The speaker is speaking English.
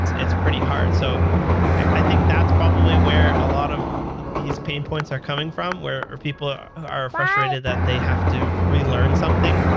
it's pretty hard. so i think that's probably where a lot of these pain points are coming from, where people are are frustrated that they have to relearn something.